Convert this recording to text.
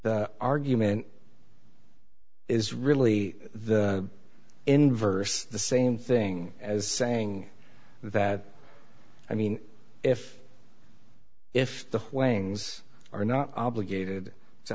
argument is really the inverse the same thing as saying that i mean if if the wayans are not obligated to